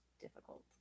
difficult